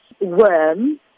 Worm